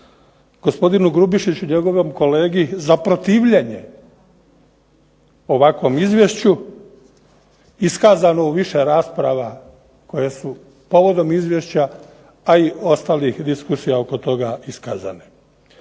gospodinu Grubišiću i njegovom kolegi za protivljenje ovakvom izvješću iskazano u više rasprava koje su povodom izvješća, a i ostalih diskusija oko toga iskazali.